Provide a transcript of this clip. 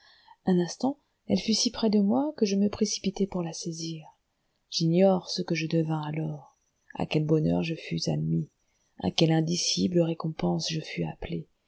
un instant elle fut si près de moi que je me précipitai pour la saisir j'ignore ce que je devins alors à quel bonheur je fus admis à quelle indicible récompense je fus appelé